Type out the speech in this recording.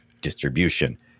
distribution